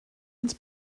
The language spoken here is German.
ins